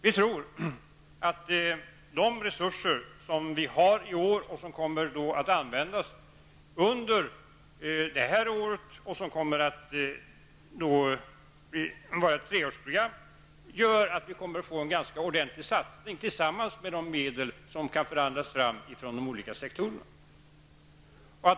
Vi tror att de resurser som vi har i år och som kommer att användas under det här året men som täcker ett treårsprogram gör att vi kommer att få en ganska ordentlig satsning tillsammans med de medel som kan fås fram från de olika sektorerna.